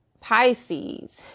Pisces